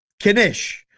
Kanish